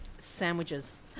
Sandwiches